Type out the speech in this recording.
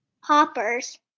Hoppers